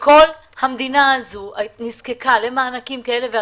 כל המדינה הזאת נזקקה למענקים כאלה ואחרים,